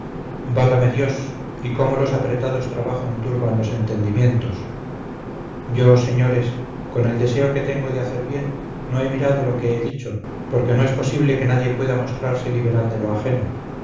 válame dios y cómo los apretados trabajos turban los entendimientos yo señores con el deseo que tengo de hacer bien no he mirado lo que he dicho porque no es posible que nadie pueda mostrarse liberal de lo ajeno